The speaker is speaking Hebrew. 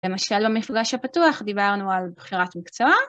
למשל במפגש הפתוח דיברנו על בחירת מקצוע.